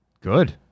Good